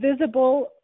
visible